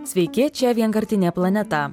sveiki čia vienkartinė planeta